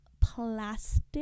plastic